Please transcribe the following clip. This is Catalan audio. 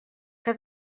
que